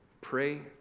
Pray